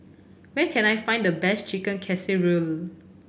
where can I find the best Chicken Casserole